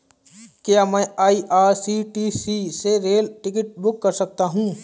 क्या मैं आई.आर.सी.टी.सी से रेल टिकट बुक कर सकता हूँ?